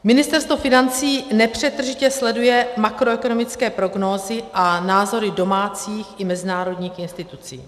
Ministerstvo financí nepřetržitě sleduje makroekonomické prognózy a názory domácích i mezinárodních institucí.